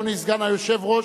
אדוני סגן היושב-ראש,